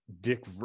dick